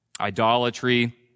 idolatry